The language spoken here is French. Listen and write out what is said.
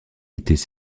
étaient